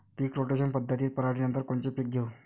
पीक rotation पद्धतीत पराटीनंतर कोनचे पीक घेऊ?